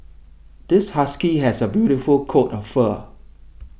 this husky has a beautiful coat of fur